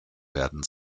werden